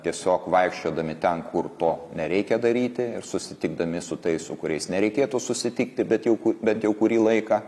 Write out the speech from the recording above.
tiesiog vaikščiodami ten kur to nereikia daryti ir susitikdami su tais su kuriais nereikėtų susitikti bet jau ku bet jau kurį laiką